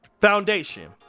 foundation